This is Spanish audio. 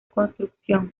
construcción